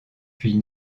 puis